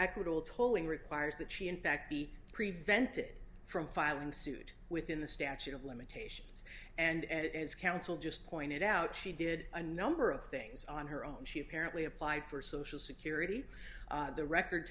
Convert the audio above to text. equitable tolling requires that she in fact be prevented from filing suit within the statute of limitations and as counsel just pointed out she did a number of things on her own she apparently applied for social security the record